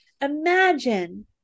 Imagine